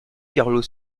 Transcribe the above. carlos